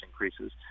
increases